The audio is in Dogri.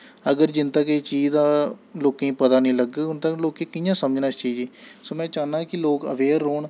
अगर जिन्न तक्क एह् चीज दा लोकें गी पता निं लगग उन्न तक्क लोकें कि'यां समझना इस चीज गी सो में एह् चाह्न्नां कि लोग अवेयर रौह्न